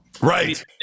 Right